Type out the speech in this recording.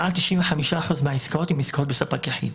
מעל 95% מהעסקאות הן עסקאות בספק יחיד.